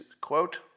quote